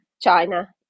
China